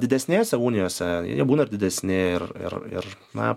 didesnėse unijose jie būna ir didesni ir ir ir na